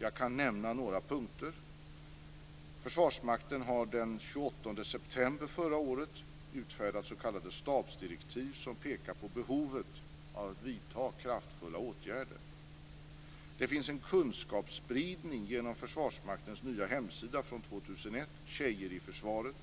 Jag kan nämna några punkter. Försvarsmakten har den 28 september förra året utfärdat s.k. stabsdirektiv som pekar på behovet av att vidta kraftfulla åtgärder. Det finns en kunskapsspridning genom Försvarsmaktens nya hemsida från 2001, Tjejer i försvaret.